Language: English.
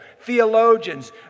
theologians